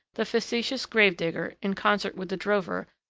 the facetious grave-digger, in concert with the drover,